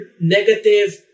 negative